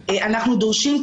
מאתנו.